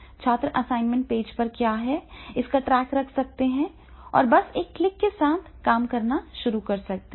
छात्र assignment page पर क्या है इसका ट्रैक रख सकते हैं और बस एक क्लिक के साथ काम करना शुरू कर सकते हैं